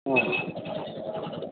ꯎꯝ